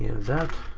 that.